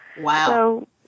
Wow